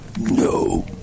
No